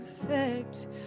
perfect